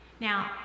Now